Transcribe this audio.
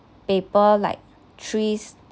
paper like trees